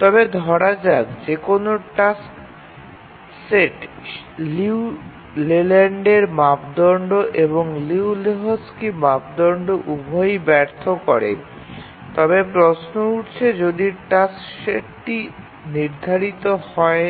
তবে ধরা যাক যে কোনও টাস্ক সেট লিউ লেল্যান্ডের মাপদণ্ড এবং লিউ এবং লেহোকস্কি মাপদণ্ড উভয়ই ব্যর্থ করে তবে প্রশ্ন উঠেছে যদি টাস্ক সেটটি নির্ধারিত হয়